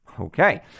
Okay